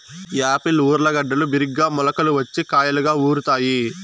Apple ఊర్లగడ్డలు బిరిగ్గా మొలకలు వచ్చి కాయలుగా ఊరుతాయి